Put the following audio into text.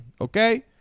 okay